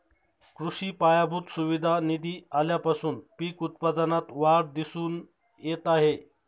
कृषी पायाभूत सुविधा निधी आल्यापासून पीक उत्पादनात वाढ दिसून येत आहे